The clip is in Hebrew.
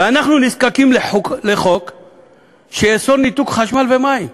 ואנחנו נזקקים לחוק שיאסור ניתוק חשמל ומים.